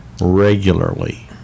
Regularly